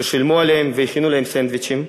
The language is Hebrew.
ששילמו עליהם והכינו להם סנדוויצ'ים.